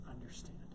understand